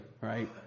right